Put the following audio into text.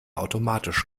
automatisch